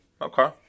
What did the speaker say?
Okay